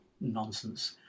nonsense